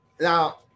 Now